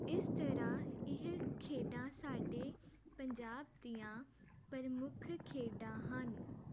ਇਸ ਤਰ੍ਹਾਂ ਇਹ ਖੇਡਾਂ ਸਾਡੇ ਪੰਜਾਬ ਦੀਆਂ ਪ੍ਰਮੁੱਖ ਖੇਡਾਂ ਹਨ